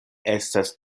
estas